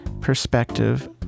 perspective